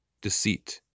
deceit